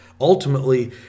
Ultimately